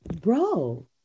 bro